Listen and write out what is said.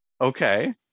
Okay